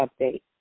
update